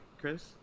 Chris